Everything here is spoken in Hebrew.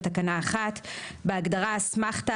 בתקנה 1 בהגדרה "אסמכתא",